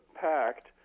pact